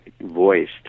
voiced